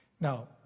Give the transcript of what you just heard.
Now